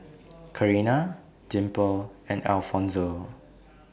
Carina Dimple and Alfonzo